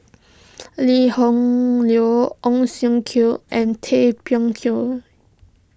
Lee Hoon Leong Ong Siong Kai and Tay Bak Koi